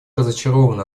разочарованы